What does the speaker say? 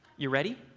you ready?